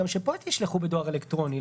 שגם פה ישלחו בדואר אלקטרוני.